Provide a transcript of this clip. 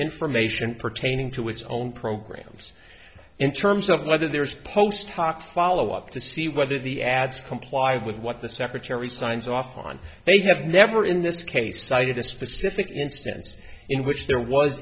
information pertaining to its own programs in terms of whether there is post hoc follow up to see whether the ads comply with what the secretary signs off on they have never in this case cited a specific instance in which there was